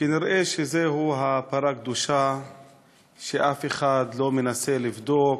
כנראה זו הפרה הקדושה שאף אחד לא מנסה לבדוק,